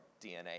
DNA